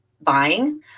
buying